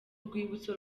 rwibutso